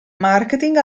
marketing